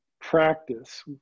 practice